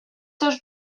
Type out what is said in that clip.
seus